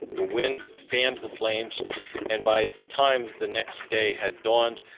the wind fanned the flames and by the time the next day had dawned,